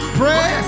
pray